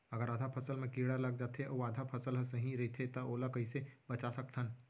अगर आधा फसल म कीड़ा लग जाथे अऊ आधा फसल ह सही रइथे त ओला कइसे बचा सकथन?